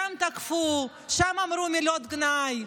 שם תקפו, שם אמרו מילות גנאי.